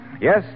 Yes